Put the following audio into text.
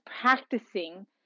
practicing